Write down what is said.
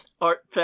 Art